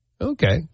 Okay